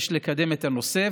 יש לקדם את הנושא,